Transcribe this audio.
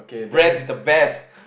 breast is the best